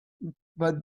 but